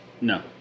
No